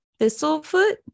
thistlefoot